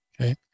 Okay